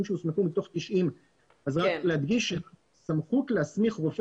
שהוסמכו מתוך 90. אני רוצה להדגיש שהסמכות להסמיך רופא